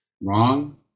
wrong